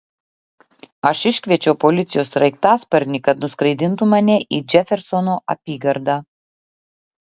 aš išsikviečiau policijos sraigtasparnį kad nuskraidintų mane į džefersono apygardą